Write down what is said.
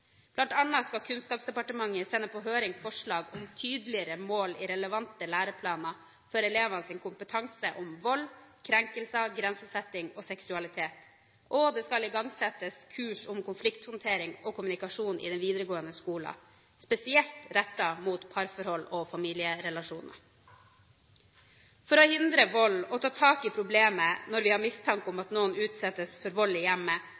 annet skal Kunnskapsdepartementet sende på høring forslag om tydeligere mål i relevante læreplaner for elevenes kompetanse om vold, krenkelser, grensesetting og seksualitet, og det skal igangsettes kurs om konflikthåndtering og kommunikasjon i den videregående skolen – spesielt rettet mot parforhold og familierelasjoner. For å hindre vold og ta tak i problemet når vi har mistanke om at noen utsettes for vold i hjemmet,